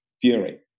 fury